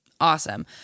awesome